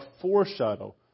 foreshadow